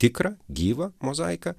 tikrą gyvą mozaiką